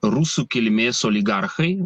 rusų kilmės oligarchai